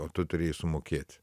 o tu turėjai sumokėti